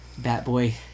Batboy